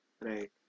Right